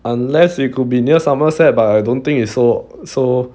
unless it could be near somerset but I don't think it's so so